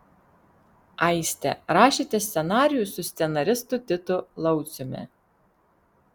aiste rašėte scenarijų su scenaristu titu lauciumi